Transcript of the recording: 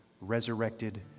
resurrected